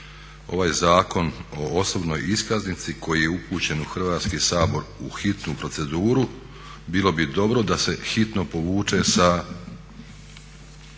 Ovaj Zakon o osobnoj iskaznici koji je upućen u Hrvatski sabor u hitnu proceduru bilo bi dobro da se hitno povuče sa,